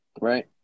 right